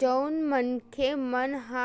जउन मनखे मन ह